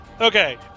Okay